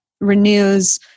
renews